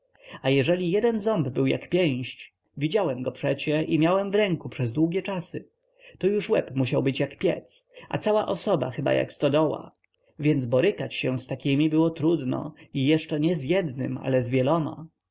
a jeżeli jeden ząb był jak pięść widziałem go przecie i miałem w ręku przez długie czasy to już łeb musiał być jak piec a cała osoba chyba jak stodoła więc borykać się z takim było trudno i jeszcze nie z jednym ale z wieloma